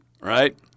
right